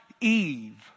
Eve